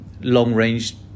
long-range